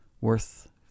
worth